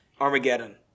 Armageddon